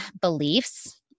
beliefs